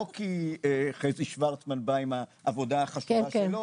כי חזי שוורצמן בא עם העבודה החשובה שלו,